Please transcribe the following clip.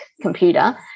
computer